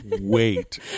wait